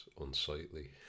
unsightly